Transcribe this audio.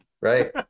Right